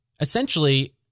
Essentially